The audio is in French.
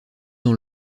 dans